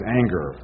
anger